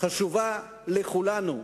היא חשובה לכולנו,